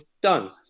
done